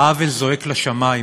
העוול זועק לשמים.